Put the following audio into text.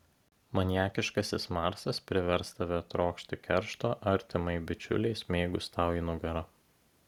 maniakiškasis marsas privers tave trokšti keršto artimai bičiulei smeigus tau į nugarą